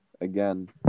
again